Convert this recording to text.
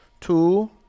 Two